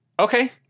Okay